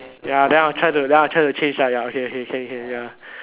ya then I'll try to then I'll try to change ya okay okay can can ya